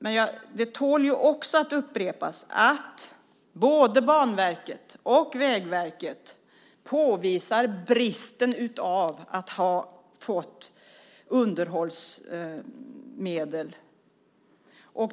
Men det tål också att upprepas att både Banverket och Vägverket påvisar bristen av underhållsmedel.